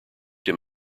him